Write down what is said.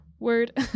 Word